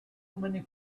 many